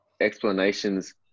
explanations